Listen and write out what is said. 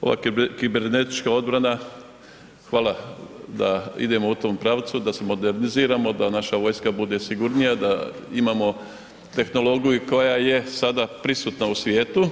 ova kibernetička odbrana, hvala da idemo u tom pravcu, da se moderniziramo, da naša vojska bude sigurnija, da imamo tehnologiju koja je sada prisutna u svijetu.